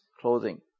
clothing